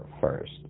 first